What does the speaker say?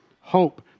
hope